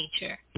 nature